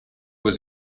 was